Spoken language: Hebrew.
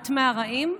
את מהרעים?